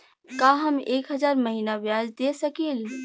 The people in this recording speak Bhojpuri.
का हम एक हज़ार महीना ब्याज दे सकील?